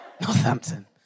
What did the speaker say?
Northampton